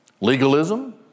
Legalism